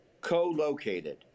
co-located